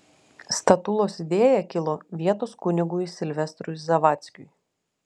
statulos idėja kilo vietos kunigui silvestrui zavadzkiui